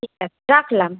ঠিক আছে রাখলাম